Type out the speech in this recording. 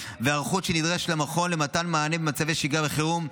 והיערכות שנדרשת למכון למתן מענה במצבי שגרה וחירום.